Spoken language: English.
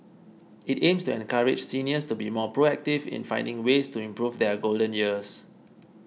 it aims to encourage seniors to be more proactive in finding ways to improve their golden years